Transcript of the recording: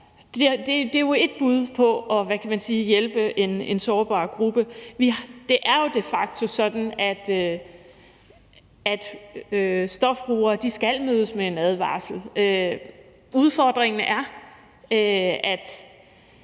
kan man sige, at hjælpe en sårbar gruppe. Det er jo de facto sådan, at stofbrugere skal mødes med en advarsel.